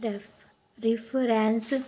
ref reference